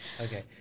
Okay